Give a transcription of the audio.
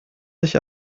sich